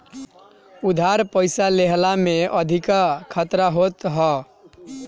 उधार पईसा लेहला में अधिका खतरा होत हअ